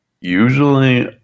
usually